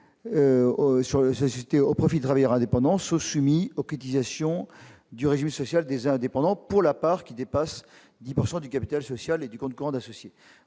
les sociétés au profit des travailleurs indépendants sont soumises aux cotisations du régime social des indépendants pour la part dépassant 10 % du capital social et du compte courant d'associé.